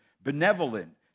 benevolent